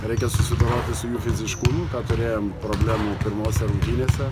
reikia susidoroti su jų fiziškumu turėjom problemų pirmose rungtynėse